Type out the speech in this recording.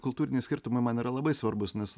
kultūriniai skirtumai man yra labai svarbūs nes